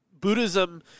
Buddhism